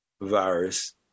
virus